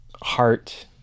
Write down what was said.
heart